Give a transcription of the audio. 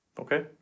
Okay